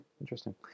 Interesting